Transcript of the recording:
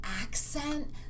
accent